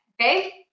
okay